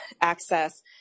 access